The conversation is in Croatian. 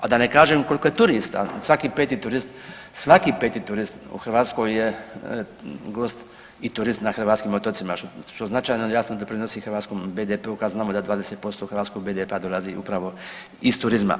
A da ne kažem koliko je turista, svaki 5 turist, svaki 5 turist u Hrvatskoj je gost i turist na hrvatskim otocima što značajno i jasno doprinosi hrvatskom BDP-u kad znamo da 20% hrvatskog BDP-a dolazi upravo iz turizma.